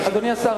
אדוני השר,